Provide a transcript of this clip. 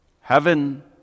Heaven